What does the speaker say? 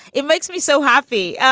it makes me so happy.